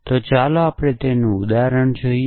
તો ચાલો આપણે તેનું ઉદાહરણ જોઈએ